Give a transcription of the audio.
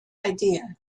idea